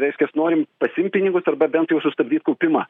reiškias norim pasiimt pinigus arba bent jau sustabdyti kaupimą